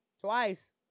twice